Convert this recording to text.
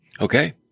Okay